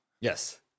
Yes